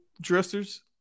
dressers